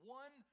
one